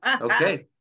Okay